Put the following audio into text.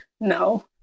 No